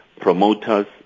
promoters